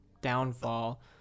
downfall